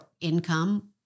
income